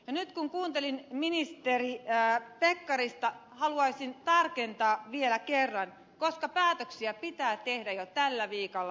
nyt kun kuuntelin ministeri pekkarista haluaisin tarkentaa vielä kerran koska päätöksiä pitää tehdä jo tällä viikolla